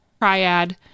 triad